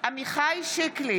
עמיחי שיקלי,